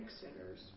sinners